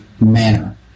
manner